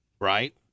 right